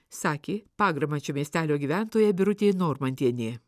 sakė pagramančio miestelio gyventoja birutė normantienė